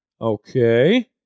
Okay